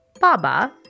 Baba